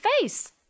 face